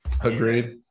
Agreed